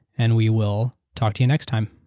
and we will talk to you next time.